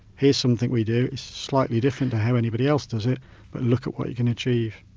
here's something we do, it's slightly different to how anybody else does it but look at what you can achieve.